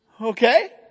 Okay